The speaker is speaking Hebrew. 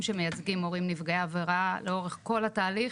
שמייצגים הורים נפגעי עבירה לאורך כל התהליך,